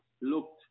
looked